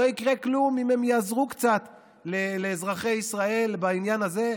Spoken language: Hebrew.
אז לא יקרה כלום אם הם יעזרו קצת לאזרחי ישראל בעניין הזה,